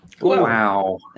Wow